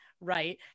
Right